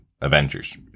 Avengers